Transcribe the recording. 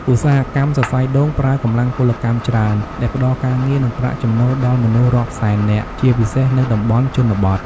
ឧស្សាហកម្មសរសៃដូង ប្រើកម្លាំងពលកម្មច្រើន ដែលផ្តល់ការងារ និងប្រាក់ចំណូលដល់មនុស្សរាប់សែននាក់ ជាពិសេសនៅតំបន់ជនបទ។